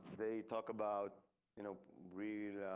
they talk about you know real